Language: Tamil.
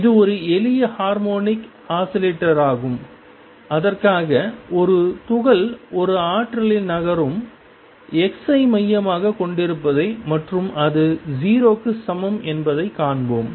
இது ஒரு எளிய ஹார்மோனிக் ஆஸிலேட்டராகும் அதற்காக ஒரு துகள் ஒரு ஆற்றலில் நகரும் x ஐ மையமாகக் கொண்டிருப்பதை மற்றும் அது 0 க்கு சமம் என்பதை காண்போம்